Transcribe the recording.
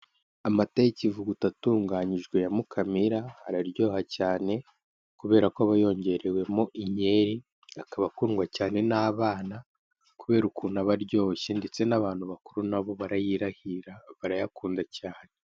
Amata y'ikivuguto atunganyijwe ya Mukamira araryoha cyane kubera ko aba yongerewemo inyeri, akaba akundwa cyanye n'abana kubera ukuna aba aryoshye ndetse n'abantu bakuru nabo barayirahira barayakunda cyane.